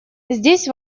здесь